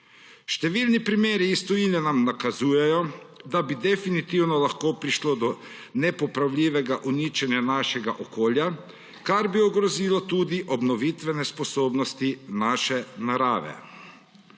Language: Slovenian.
Številni primeri iz tujine nam nakazujejo, da bi definitivno lahko prišlo do nepopravljivega uničenja našega okolja, kar bi ogrozilo tudi obnovitvene sposobnosti naše narave.